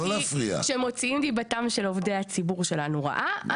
כי כשמוציאים דיבתם של עובדי הציבור שלנו רעה,